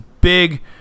big